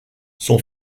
son